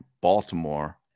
Baltimore